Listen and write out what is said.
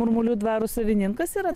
murmulių dvaro savininkas yra